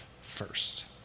first